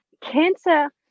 cancer